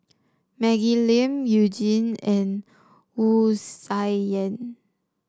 Maggie Lim You Jin and Wu Tsai Yen